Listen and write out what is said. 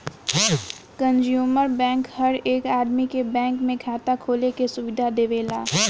consumer bank हर एक आदमी के बैंक में खाता खोले के सुविधा देवेला